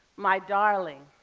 my darling.